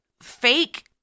fake